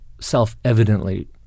self-evidently